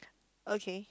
okay